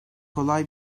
kolay